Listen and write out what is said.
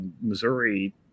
Missouri